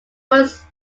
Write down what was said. was